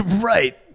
Right